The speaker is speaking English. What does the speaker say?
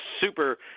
super